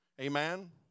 Amen